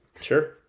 Sure